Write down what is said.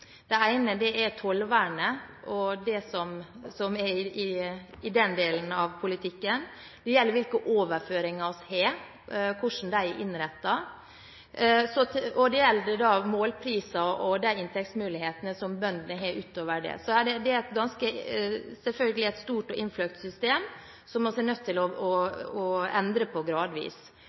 Det ene er tollvernet og det som gjelder den delen av politikken, det gjelder hvilke overføringer vi har, og hvordan de er innrettet, og det gjelder målpriser og de inntektsmulighetene som bøndene har utover det. Så det er, selvfølgelig, et ganske stort og innfløkt system, som vi er nødt til å endre på gradvis.